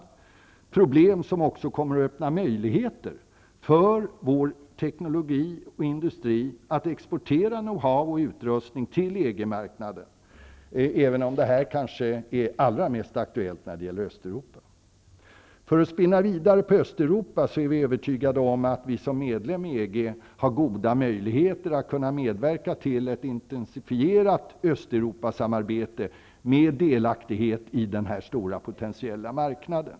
Men dessa problem kommer också att öppna möjligheter för vår teknologi och industri att exportera know-how och utrustning till EG marknaden, även om detta kanske är allra mest aktuellt när det gäller Östeuropa. För att spinna vidare på Östeuropa vill jag säga att vi är övertygade om att vårt land som medlem i EG har goda möjligheter att medverka till ett intensifierat Östeuropasamarbete med delaktighet i denna stora potentiella marknad.